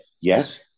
yes